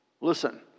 Listen